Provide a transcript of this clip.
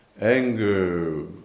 anger